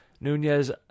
Nunez